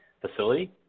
facility